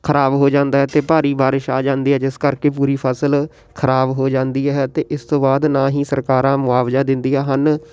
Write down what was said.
ਖਰਾਬ ਹੋ ਜਾਂਦਾ ਅਤੇ ਭਾਰੀ ਬਾਰਿਸ਼ ਆ ਜਾਂਦੀ ਹੈ ਜਿਸ ਕਰਕੇ ਪੂਰੀ ਫਸਲ ਖਰਾਬ ਹੋ ਜਾਂਦੀ ਹੈ ਅਤੇ ਇਸ ਤੋਂ ਬਾਅਦ ਨਾ ਹੀ ਸਰਕਾਰਾਂ ਮੁਆਵਜ਼ਾ ਦਿੰਦੀਆਂ ਹਨ